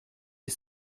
est